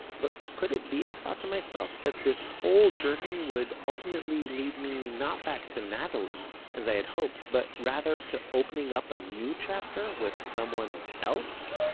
but could it be, i thought to myself, that this whole journey would ultimately lead me not back to natalie, as i had hoped, but rather to opening up a new chapter with someone else?